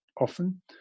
often